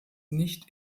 nicht